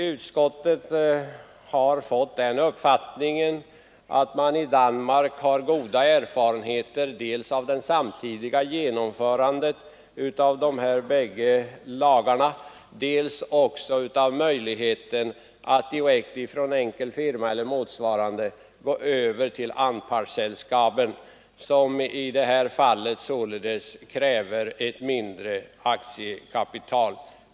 Utskottet har fått den uppfattningen att man i Danmark har goda erfarenheter dels av det samtidiga genomförandet av de bägge lagarna, dels av möjligheten att direkt från enkel firma eller motsvarande gå över till anpartsselskab, som således kräver ett mindre aktiekapital.